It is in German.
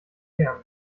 kern